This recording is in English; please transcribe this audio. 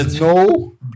no